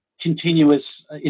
continuous